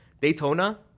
Daytona